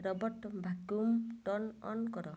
robot vacuum turn on କର